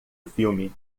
filme